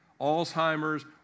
Alzheimer's